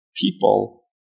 people